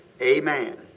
amen